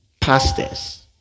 pastors